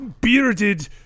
bearded